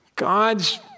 God's